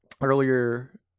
Earlier